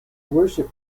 worship